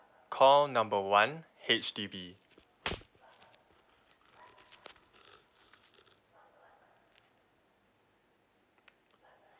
call number one H_D_B